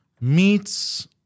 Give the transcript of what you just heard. meets